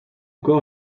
corps